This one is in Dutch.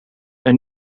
een